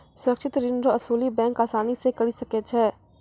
सुरक्षित ऋण रो असुली बैंक आसानी से करी सकै छै